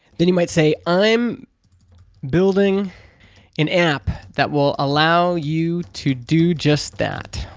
then you might say i'm building an app that will allow you to do just that.